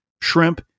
shrimp